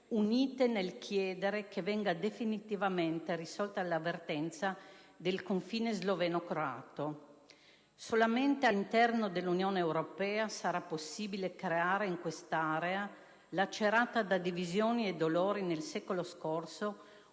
unite nel chiedere che venga definitivamente risolta la vertenza del confine sloveno-croato. Solamente all'interno dell'Unione europea sarà possibile creare in quest'area, lacerata da divisioni e dolori nel secolo scorso,